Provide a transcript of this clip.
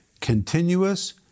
continuous